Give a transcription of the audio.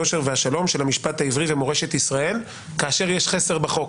היושר והשלום של המשפט העברי ומורשת ישראל כאשר יש חסר בחוק.